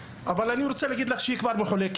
אבל אני כן רוצה להגיד לך שהיא כבר מחולקת.